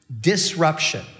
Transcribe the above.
disruption